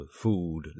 food